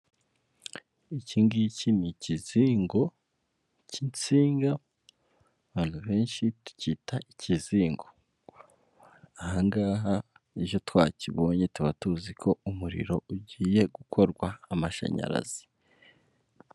Iki ngiki ni ikizingo k'insinga abantu benshi tukita ikizingo. Ahangaha iyo twakibonye tuba tuzi ko umuriro ugiye gukorwa amashanyarazi.